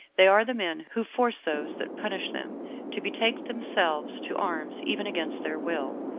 they are the men who force those that punish them to betake themselves to arms even against their will.